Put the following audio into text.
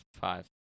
Five